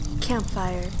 Campfire